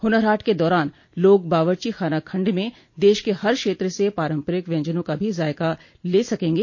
हुनर हाट के दौरान लोग बावर्चीखाना खंड में देश के हर क्षेत्र से पारम्परिक व्यंजनों का भी जायका ले सकेंगे